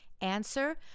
Answer